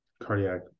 cardiac